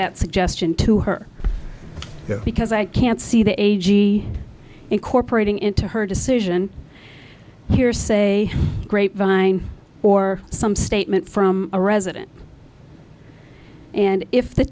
that suggestion to her because i can't see the age incorporating into her decision hearsay grapevine or some statement from a resident and if the